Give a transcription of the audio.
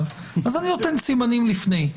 אז אני נותן סימנים לפני.